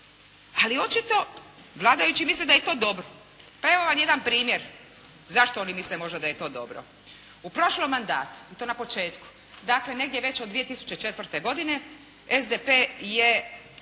Ali očito, vladajući misle da je to dobro. Pa evo vam jedan primjer zašto oni misle možda da je to dobro. U prošlom mandatu i to na početku, dakle, negdje već od 2004. godine SDP je